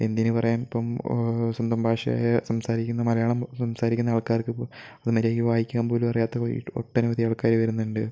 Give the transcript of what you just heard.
എന്തിന് പറയാൻ ഇപ്പം സ്വന്തം ഭാഷയായ സംസാരിക്കുന്ന മലയാളം സംസാരിക്കുന്ന ആൾക്കാർക്ക് ഇപ്പോൾ അത് മര്യാദക്ക് വായിക്കാൻ പോലും അറിയാത്ത വൈ ഒട്ടനവധി ആൾക്കാർ വരുന്നുണ്ട്